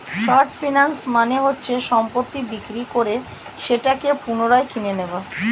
short finance মানে হচ্ছে সম্পত্তি বিক্রি করে সেটাকে পুনরায় কিনে নেয়া